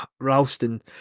Ralston